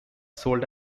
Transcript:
sold